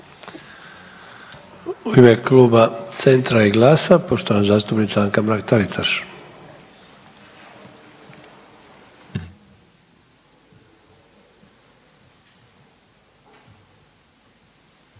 U ime Kluba Centra i GLAS-a poštovana zastupnica Anka Mrak Taritaš.